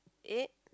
eight